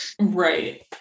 Right